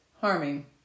harming